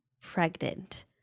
pregnant